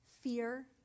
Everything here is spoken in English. fear